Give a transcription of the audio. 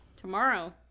tomorrow